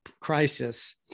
crisis